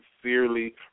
sincerely